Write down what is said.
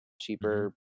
cheaper